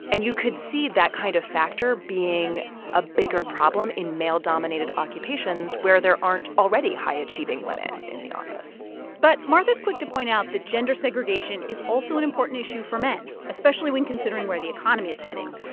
and you could see that kind of factor being a bigger problem in male-dominated occupations where there aren't already high-achieving women in the office but martha's quick to point out that gender segregation is also an important issue for men, especially when considering where the economy is heading.